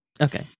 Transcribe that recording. Okay